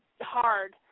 hard